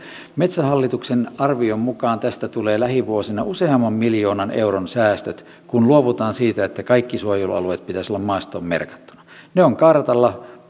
metsähallituksen arvion mukaan tästä tulee lähivuosina useamman miljoonan euron säästöt kun luovutaan siitä että kaikkien suojelualueiden pitäisi olla maastoon merkattuna ne ovat kartalla